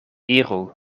iru